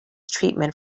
treatment